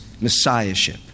messiahship